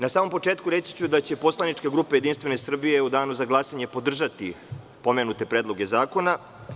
Na samom početku reći ću da će poslanička grupa Jedinstvene Srbije u Danu za glasanje podržati pomenute predloge zakona.